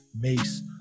mace